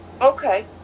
Okay